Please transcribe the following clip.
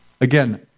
Again